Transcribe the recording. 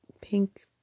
pink